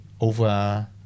over